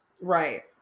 Right